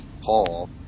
Paul